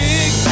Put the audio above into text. Big